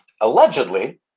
Allegedly